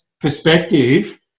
perspective